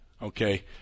Okay